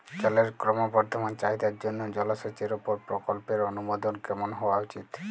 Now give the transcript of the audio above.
জলের ক্রমবর্ধমান চাহিদার জন্য জলসেচের উপর প্রকল্পের অনুমোদন কেমন হওয়া উচিৎ?